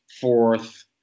fourth